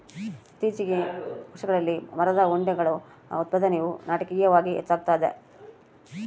ಇತ್ತೀಚಿನ ವರ್ಷಗಳಲ್ಲಿ ಮರದ ಉಂಡೆಗಳ ಉತ್ಪಾದನೆಯು ನಾಟಕೀಯವಾಗಿ ಹೆಚ್ಚಾಗ್ತದ